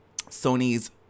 Sony's